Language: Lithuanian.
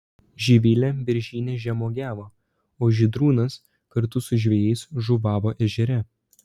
živilė beržyne žemuogiavo o žydrūnas kartu su žvejais žuvavo ežere